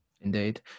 Indeed